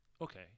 okay